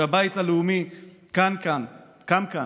שהבית הלאומי קם כאן כבסיס,